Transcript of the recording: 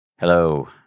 Hello